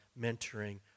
mentoring